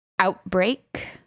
Outbreak